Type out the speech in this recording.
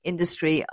Industry